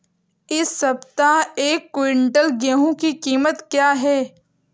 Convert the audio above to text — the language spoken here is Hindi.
इस सप्ताह एक क्विंटल गेहूँ की कीमत क्या है?